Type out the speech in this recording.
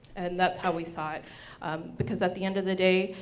and that's how we saw it because at the end of the day,